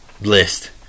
list